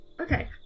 Okay